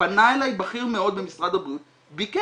פנה אלי בכיר מאוד במשרד הבריאות וביקש,